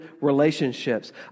relationships